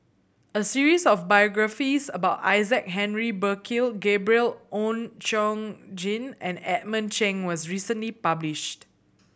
a series of biographies about Isaac Henry Burkill Gabriel Oon Chong Jin and Edmund Cheng was recently published